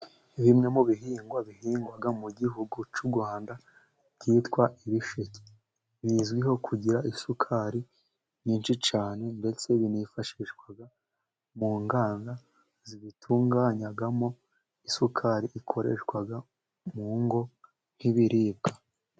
Bimwe mu bihingwa bihingwa mu gihugu cy'u Rwanda byitwa ibisheke . Bizwiho kugira isukari nyinshi cyane, ndetse binifashishwa mu nganda zibitunganyamo isukari ikoreshwa mu ngo nk'ibiribwa.